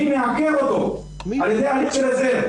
אני מעקר אותו על ידי הליך כזה.